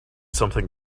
something